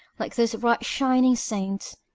like those bright-shining saints,